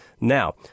Now